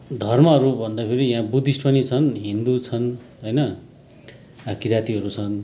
धर्महरू भन्दाखेरि यहाँ बुद्धिस्ट पनि छन् हिन्दु छन् होइन किँरातीहरू छन्